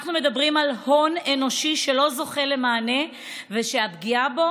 אנחנו מדברים על הון אנושי שלא זוכה למענה ושהפגיעה בו